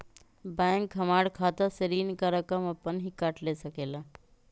Bank हमार खाता से ऋण का रकम अपन हीं काट ले सकेला?